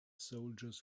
soldiers